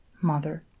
Mother